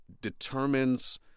determines